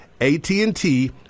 AT&T